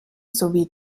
sowie